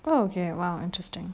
oh okay !wow! interesting